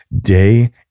day